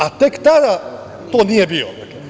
A, tek tada to nije bio.